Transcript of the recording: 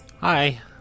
Hi